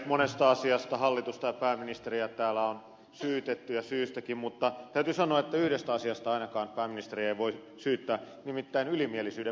monesta asiasta hallitusta ja pääministeriä täällä on syytetty ja syystäkin mutta täytyy sanoa että yhdestä asiasta ainakaan pääministeriä ei voi syyttää nimittäin ylimielisyyden puutteesta